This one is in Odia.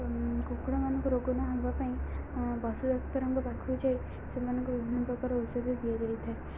କୁକୁଡ଼ାମାନଙ୍କୁ ରୋଗ ନହେବା ପାଇଁ ପଶୁଡ଼ାକ୍ତରଙ୍କ ପାଖକୁ ଯାଇ ସେମାନଙ୍କୁ ବିଭିନ୍ନ ପ୍ରକାର ଔଷଧ ଦିଆଯାଇଥାଏ